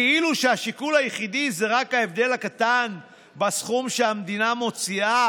כאילו שהשיקול היחידי זה רק ההבדל הקטן בסכום שהמדינה מוציאה